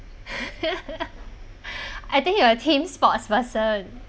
I think you are a team sports person